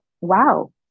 wow